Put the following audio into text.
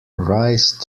rise